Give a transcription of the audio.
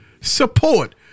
Support